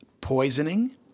poisoning